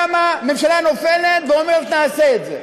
ממשלה קמה, ממשלה נופלת, ואומרת "נעשה את זה".